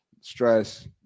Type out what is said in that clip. stress